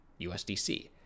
USDC